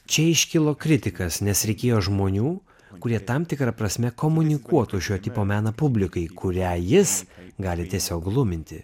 čia iškilo kritikas nes reikėjo žmonių kurie tam tikra prasme komunikuotų šio tipo meną publikai kurią jis gali tiesiog gluminti